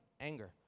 anger